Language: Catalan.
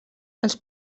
els